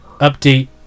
update